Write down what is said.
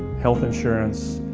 health insurance.